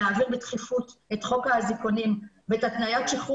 להעביר בדחיפות את חוק האזיקונים ואת התניית שחרור